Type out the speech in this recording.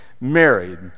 married